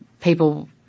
people